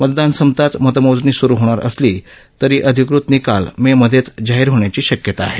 मतदान संपताच मतमोजणी सुरु होणार असली तरी अधिकृत निकाल मे मधेची जाहीर होण्याची शक्यता आहे